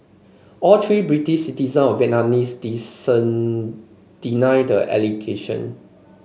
all three British citizen of Vietnamese descent deny the allegation